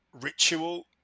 ritual